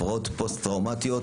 הפרעות פוסט-טראומתיות,